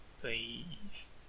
please